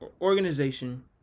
Organization